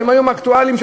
שהם אקטואליים היום,